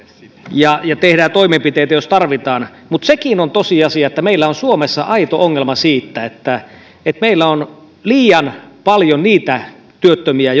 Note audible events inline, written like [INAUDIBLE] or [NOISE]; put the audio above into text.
ja ja tehdään toimenpiteitä jos tarvitaan mutta sekin on tosiasia että meillä on suomessa aito ongelma siitä että että meillä on liian paljon niitä työttömiä [UNINTELLIGIBLE]